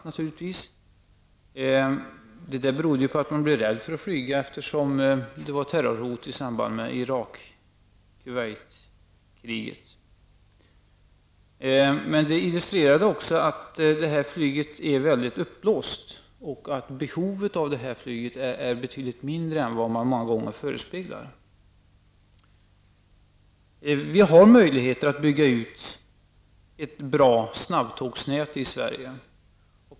Människor drog sig ju för att flyga på grund av terrorhot i samband med Irak-- Kuwait-kriget. Det här illustrerar hur uppblåst allt detta med flyget är. Många gånger är behovet av flyget betydligt mindre än vad vi förespeglas. Det är möjligt att bygga ut ett bra snabbtågsnät i Sverige.